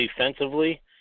defensively